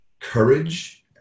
courage